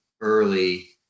early